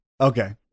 Okay